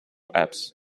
apps